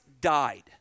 died